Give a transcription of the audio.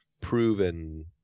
proven